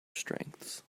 strengths